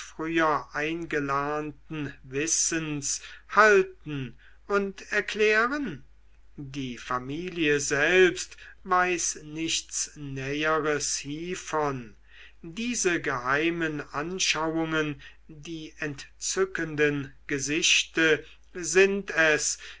früher eingelernten wissens halten und erklären die familie selbst weiß nichts näheres hievon diese geheimen anschauungen die entzückenden gesichte sind es